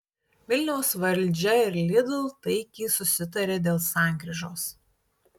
vilniaus valdžia ir lidl taikiai susitarė dėl sankryžos